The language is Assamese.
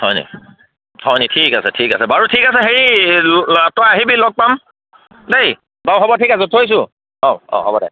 হয়নি হয়নি ঠিক আছে ঠিক আছে বাৰু ঠিক আছে হেৰি তই আহিবি লগ পাম দেই বাৰু হ'ব ঠিক আছে থৈছোঁ অঁ অঁ হ'ব দে